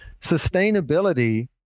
sustainability